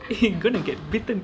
you going to get bitten